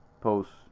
posts